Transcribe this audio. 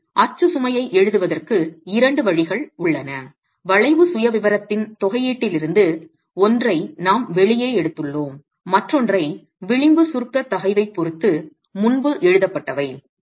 எனவே அச்சு சுமையை எழுதுவதற்கு 2 வழிகள் உள்ளன வளைவு சுயவிவரத்தின் தொகையீட்டிலிருந்து ஒன்றை நாம் வெளியே எடுத்துள்ளோம் மற்றொன்றை விளிம்பு சுருக்க தகைவைப் பொறுத்து முன்பு எழுதப்பட்டவை